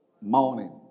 morning